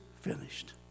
finished